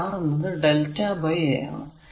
ഇവിടെ R എന്നത് lrmΔ by a ആണ്